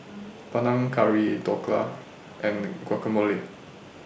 Panang Curry Dhokla and Guacamole